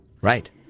Right